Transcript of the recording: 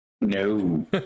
No